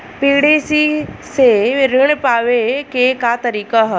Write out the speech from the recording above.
PDC से ऋण पटावे के का तरीका ह?